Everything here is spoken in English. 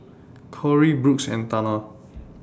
Kory Brooks and Tana